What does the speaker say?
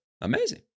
Amazing